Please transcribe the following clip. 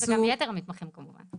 זה גם יתר המתמחים, כמובן.